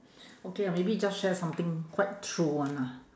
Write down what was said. okay ah maybe just share something quite true one ah